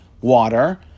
Water